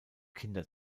kinder